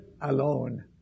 alone